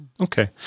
Okay